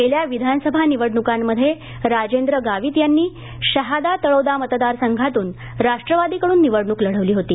गेल्या विधानसभा निवडणुकांमध्ये राजेंद्र गावित यांनी शहादा तळोदा मतदारसंघातून राष्ट्रवादीकडून निवडणूक लढवली होती